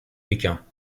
pékin